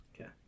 Okay